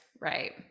right